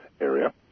Area